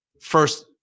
first